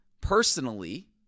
personally